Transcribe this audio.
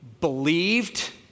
believed